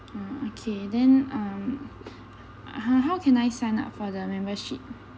ah okay then um ah how can I sign up for the membership